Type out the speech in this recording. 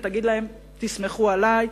ותגיד להם: תסמכו עלי,